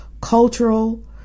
cultural